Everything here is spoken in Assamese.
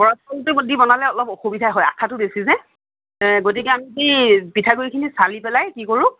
বৰা চাউলটো দি বনালে অলপ অসুবিধা হয় আঠাটো বেছি যে গতিকে আমি পিঠাগুৰি খিনি চালি পেলাই কি কৰোঁ